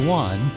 one